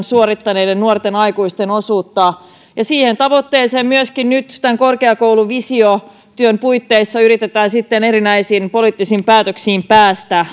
suorittaneiden nuorten aikuisten osuutta ja siihen tavoitteeseen myöskin nyt tämän korkeakouluvisiotyön puitteissa yritetään erinäisin poliittisin päätöksin päästä